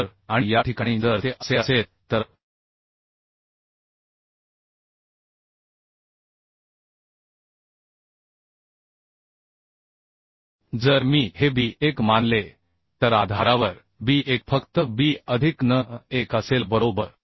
तर आणि या ठिकाणी जर ते असे असेल तर जर मी हे b1 मानले तर आधारावर b1 फक्त B अधिक n1 असेल बरोबर